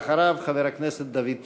אחריו, חבר הכנסת דוד צור.